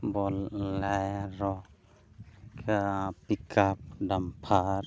Bolero pickup dumper